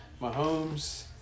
Mahomes